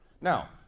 Now